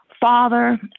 Father